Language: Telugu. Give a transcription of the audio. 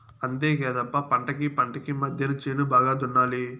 అంతేకాదప్ప పంటకీ పంటకీ మద్దెన చేను బాగా దున్నాలి